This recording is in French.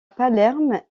palerme